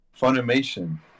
Funimation